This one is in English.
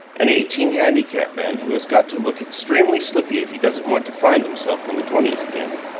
an eighteen-handicap man who has got to look extremely slippy if he doesn't want to find himself in the twenties again.